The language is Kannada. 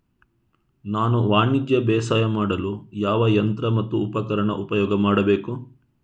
ನಾನು ವಾಣಿಜ್ಯ ಬೇಸಾಯ ಮಾಡಲು ಯಾವ ಯಂತ್ರ ಮತ್ತು ಉಪಕರಣ ಉಪಯೋಗ ಮಾಡಬೇಕು?